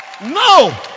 No